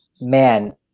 man